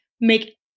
make